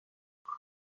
jag